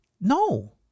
No